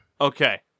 Okay